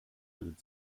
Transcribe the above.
den